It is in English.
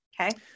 Okay